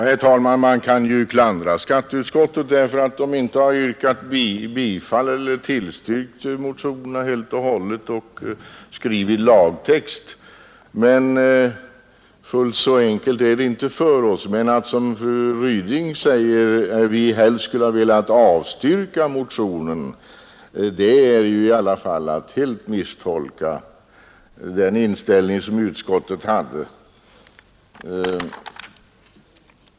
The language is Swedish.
Herr talman! Man kan ju klandra skatteutskottet för att det inte har tillstyrkt motionerna helt och hållet och skrivit en lagtext, men fullt så enkelt är det inte för oss. Att vi, som fru Ryding sade, helst skulle ha velat avstyrka motionerna är i alla fall att helt misstolka den inställning som utskottet hade.